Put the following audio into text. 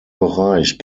bereich